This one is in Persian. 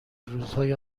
روزهای